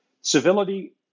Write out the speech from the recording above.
civility